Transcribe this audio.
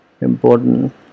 important